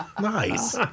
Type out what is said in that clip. Nice